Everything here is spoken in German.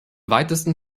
weitesten